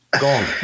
gone